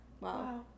Wow